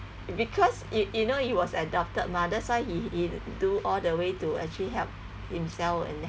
because you you know he was adopted mah that's why he he do all the way to actually help himself and